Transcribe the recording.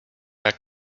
jak